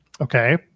okay